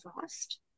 fast